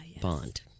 bond